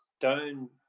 down